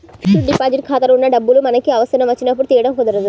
fixed deposit ఖాతాలో ఉన్న డబ్బులు మనకి అవసరం వచ్చినప్పుడు తీయడం కుదరదు